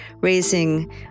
raising